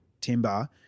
timber